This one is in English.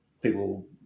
people